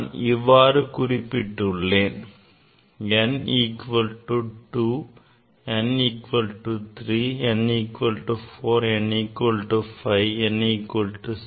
நான் இவ்வாறு குறிப்பிட்டுள்ளேன் n equal 2 n equal to 3 n equal to 4 n equal to 5 n equal to 6